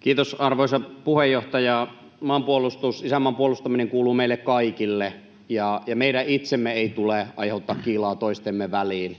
Kiitos, arvoisa puheenjohtaja! Maanpuolustus, isänmaan puolustaminen, kuuluu meille kaikille, ja meidän itsemme ei tule aiheuttaa kiilaa toistemme väliin —